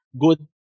good